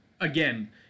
again